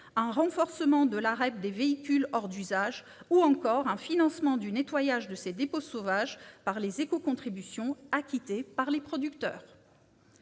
un renforcement de la REP des véhicules hors d'usage ou encore un financement du nettoyage de ces dépôts sauvages par les éco-contributions acquittées par les producteurs.